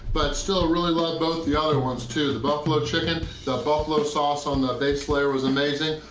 but still, really loved both the other ones too. the buffalo chicken, the buffalo sauce on that base layer was amazing,